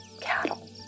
cattle